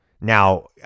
Now